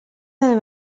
del